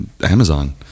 Amazon